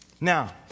Now